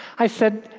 i said,